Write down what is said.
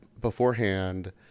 beforehand